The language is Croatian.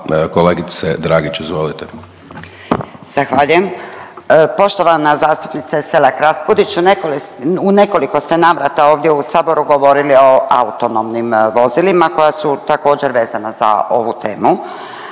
izvolite. **Dragić, Irena (SDP)** Zahvaljujem. Poštovana zastupnice Selak Raspudić, u nekoliko ste navrata ovdje u Saboru govorili o autonomnim vozilima koja su također, vezana za ovu temu.